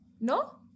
No